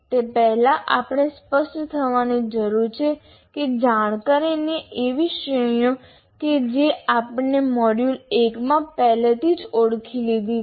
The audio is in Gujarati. તે પહેલાં આપણે સ્પષ્ટ થવાની જરૂર છે કે જાણકારી ની એવી શ્રેણીઓ છે જે આપણે મોડ્યુલ 1 માં પહેલેથી જ ઓળખી લીધી છે